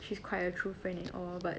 she's quite a true friend and all but